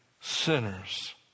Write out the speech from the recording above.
sinners